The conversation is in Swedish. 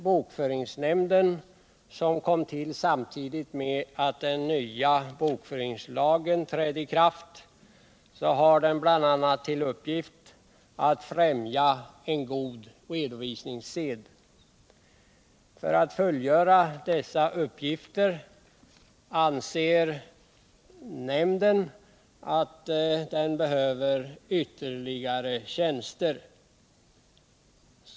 Bokföringsnämnden, som tillkom samtidigt med att den nya bokföringslagen trädde i kraft, har bl.a. till uppgift att främja en god redovisningssed. Nämnden anser att den för att kunna fullgöra sina uppgifter behöver ytterligare tjänster.